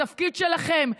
התפקיד שלכם,